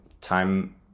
time